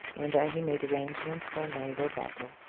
and there he made arrangements for a naval battle.